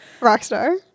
Rockstar